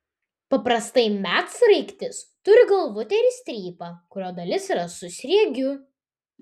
paprastai medsraigtis turi galvutę ir strypą kurio dalis yra su sriegiu